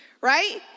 right